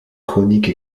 chronique